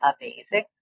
Amazing